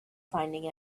finding